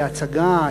להצגה,